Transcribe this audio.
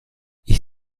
ich